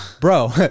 Bro